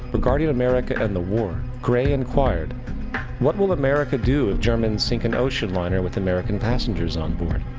regarding america and the war. grey inquired what will america do if germans sink an ocean liner with american passengers on board?